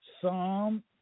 Psalm